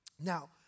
Now